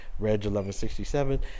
reg1167